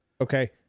Okay